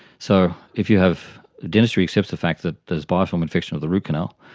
so if you have, dentistry accepts the fact that there is biofilm infection of the root canal,